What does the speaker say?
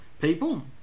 people